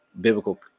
biblical